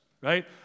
right